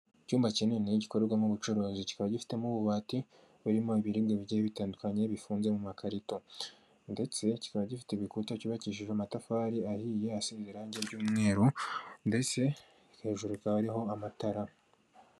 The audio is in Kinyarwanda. Icyumba kinini gikorerwamo ubucuruzi, kikaba gifitemo ububati burimo ibiribwa bigiye bitandukanye bifunze mu makarito ndetse kikaba gifite ibikuta, cyubakishije amatafari ahiye asize irangi ry'umweru ndetse hejuru hakaba hariho amatara.